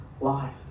life